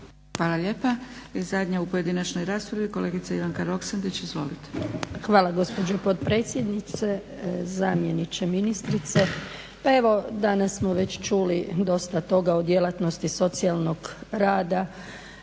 Hvala lijepa. I zadnja u pojedinačnoj raspravi kolegica Ivanka Roksandić. Izvolite. **Roksandić, Ivanka (HDZ)** Hvala gospođo potpredsjednice, zamjeniče ministrice. Pa evo danas smo već čuli dosta toga o djelatnosti socijalnog rada,